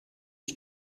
ich